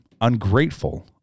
ungrateful